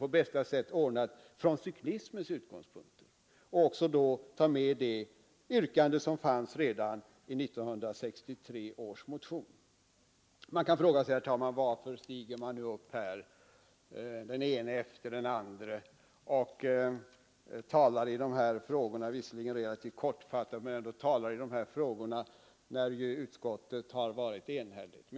Då löper inte cykeltrafiken risken att skuffas undan i brist på argument. Nå, nu kan man ju fråga sig varför den ene efter den andre begär ordet och talar i denna fråga — även om det sker relativt kortfattat — när utskottet har varit enhälligt.